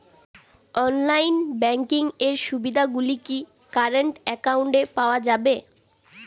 Online banking এর সুবিধে গুলি কি কারেন্ট অ্যাকাউন্টে পাওয়া যাবে?